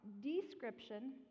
description